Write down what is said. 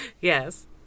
Yes